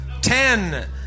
Ten